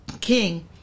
king